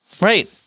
Right